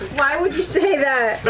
why would you say that?